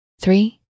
three